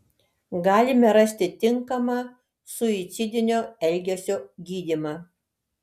galime rasti tinkamą suicidinio elgesio gydymą